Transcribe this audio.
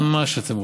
מה שאתם רוצים.